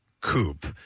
Coupe